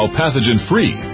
pathogen-free